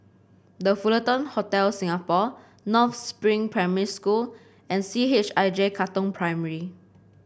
The Fullerton Hotel Singapore North Spring Primary School and C H I J Katong Primary